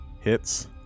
Hits